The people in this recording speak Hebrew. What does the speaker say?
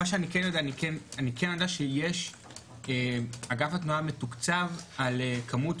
אני כן יודע שאגף התנועה מתוקצב על כמות